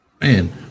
man